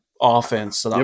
offense